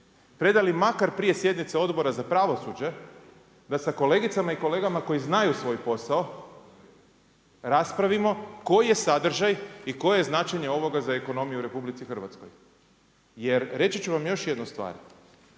predali makar prije sjednice Odbora za pravosuđe, da sa kolegicama i kolegama koji znaju svoj posao raspravimo koji je sadržaj i koje je značenje ovoga za ekonomiju u RH. Jer reći ću vam još jednu stvar.